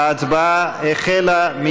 ההצבעה החלה.